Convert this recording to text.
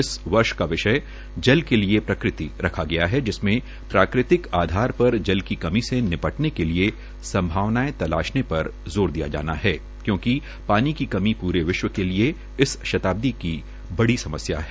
इस वर्ष का विषय जल के लिए प्रकृति रखा गया है जिसमें प्राकृतिक आधार पर जल की कमी से निपटने के लिए संभावानाएं तलाशने पर जोर दिया जाना है क्योंकि पानी की कमी पूरे विश्व के लिए इस शताब्दी की बड़ी समस्या है